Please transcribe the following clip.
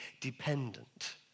dependent